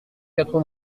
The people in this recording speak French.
quatre